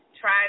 Try